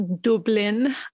Dublin